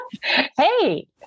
Hey